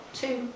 two